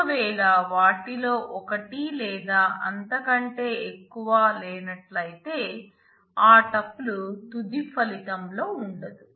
ఒకవేళ వాటిలో ఒకటి లేదా అంతకంటే ఎక్కువ లేనట్లయితే ఆ టుపుల్ తుది ఫలితంలో ఉండదు